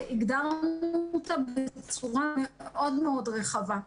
והגדרנו אותה בצורה מאוד מאוד רחבה,